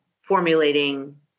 formulating